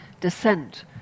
descent